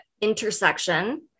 intersection